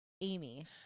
Amy